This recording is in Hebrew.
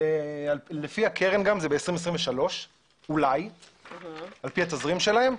לפי הקרן זה ב-2023, אולי, על פי התזרים שלהם,